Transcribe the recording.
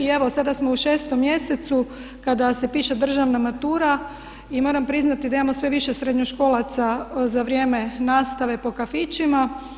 I evo sada smo u šestom mjesecu kada se piše državna matura i moram priznati da imamo sve više srednjoškolaca za vrijeme nastave po kafićima.